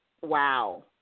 wow